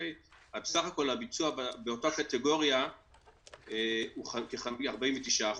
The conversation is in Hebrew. סך הכול הביצוע באותה קטגוריה הוא כ-49%.